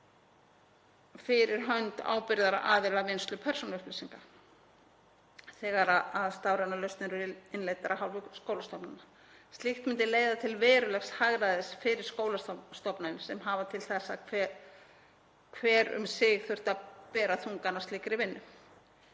fyrir hönd ábyrgðaraðila vinnslu persónuupplýsinga þegar stafrænar lausnir eru innleiddar af hálfu skólastofnana. Slíkt myndi leiða til verulegs hagræðis fyrir skólastofnanir sem hafa til þessa hver um sig þurft að bera þungann af slíkri vinnu